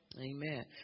amen